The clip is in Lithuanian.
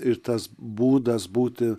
ir tas būdas būti